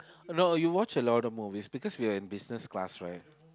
no you watched a lot movies because we're in business class right